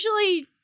usually